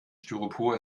styropor